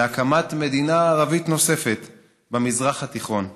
להקמת מדינה ערבית נוספת במזרח התיכון.